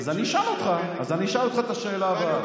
אז אני אשאל אותך את השאלה הבאה.